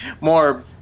more